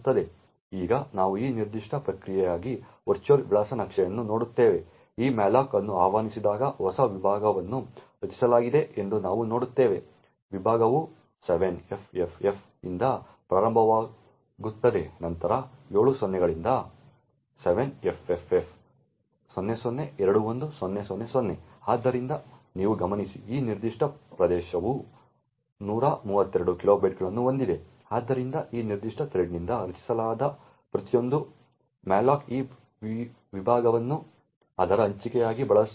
ಈಗ ನಾವು ಈ ನಿರ್ದಿಷ್ಟ ಪ್ರಕ್ರಿಯೆಗಾಗಿ ವರ್ಚುವಲ್ ವಿಳಾಸ ನಕ್ಷೆಯನ್ನು ನೋಡುತ್ತೇವೆ ಈ malloc ಅನ್ನು ಆಹ್ವಾನಿಸಿದಾಗ ಹೊಸ ವಿಭಾಗವನ್ನು ರಚಿಸಲಾಗಿದೆ ಎಂದು ನಾವು ನೋಡುತ್ತೇವೆ ವಿಭಾಗವು 7ffff ಯಿಂದ ಪ್ರಾರಂಭವಾಗುತ್ತದೆ ನಂತರ 7 ಸೊನ್ನೆಗಳಿಂದ 7 ffff0021000 ಆದ್ದರಿಂದ ನೀವು ಗಮನಿಸಿ ಈ ನಿರ್ದಿಷ್ಟ ಪ್ರದೇಶವು 132 ಕಿಲೋಬೈಟ್ಗಳನ್ನು ಹೊಂದಿದೆ ಆದ್ದರಿಂದ ಈ ನಿರ್ದಿಷ್ಟ ಥ್ರೆಡ್ನಿಂದ ರಚಿಸಲಾದ ಪ್ರತಿಯೊಂದು ಮ್ಯಾಲೋಕ್ಗಳು ಈ ವಿಭಾಗವನ್ನು ಅದರ ಹಂಚಿಕೆಗಾಗಿ ಬಳಸುತ್ತವೆ